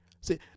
See